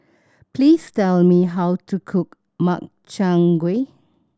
please tell me how to cook Makchang Gui